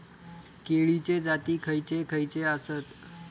केळीचे जाती खयचे खयचे आसत?